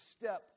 step